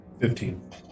Fifteen